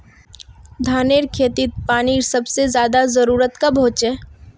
धानेर खेतीत पानीर सबसे ज्यादा जरुरी कब होचे?